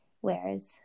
Whereas